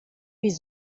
wie